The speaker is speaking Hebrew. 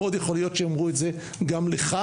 מאוד יכול להיות שיאמרו את זה גם לך,